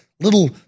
little